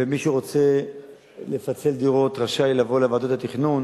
ומי שרוצה לפצל דירות רשאי לבוא לוועדות התכנון.